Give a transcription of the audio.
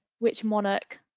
which monarch?